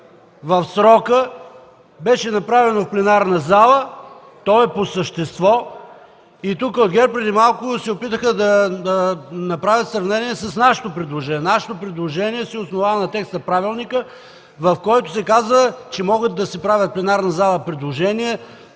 в срока. Беше направено в пленарната зала. То е по същество. Тук ГЕРБ преди малко се опитаха да направят сравнение с нашето предложение. Нашето предложение се основава на текст от правилника, в който се казва, че могат да се правят в пленарната зала предложения